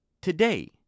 Today